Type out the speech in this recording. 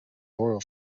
loyal